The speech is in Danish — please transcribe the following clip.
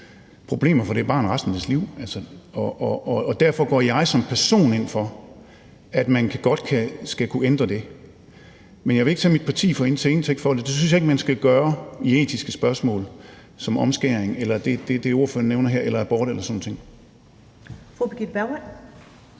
problemer for det barn resten af dets liv. Og derfor går jeg som person ind for, at man skal kunne ændre det. Men jeg vil ikke tage mit parti til indtægt for det; det synes jeg ikke at man skal gøre i etiske spørgsmål som omskæring, det, ordføreren nævner